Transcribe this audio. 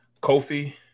Kofi